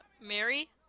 Mary